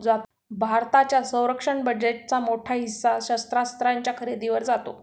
भारताच्या संरक्षण बजेटचा मोठा हिस्सा शस्त्रास्त्रांच्या खरेदीवर जातो